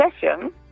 session